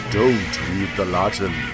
don'treadthelatin